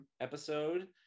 episode